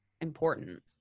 important